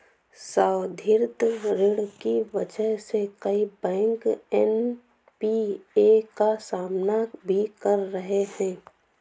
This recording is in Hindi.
संवर्धित ऋण की वजह से कई बैंक एन.पी.ए का सामना भी कर रहे हैं